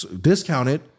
discounted